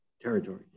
territory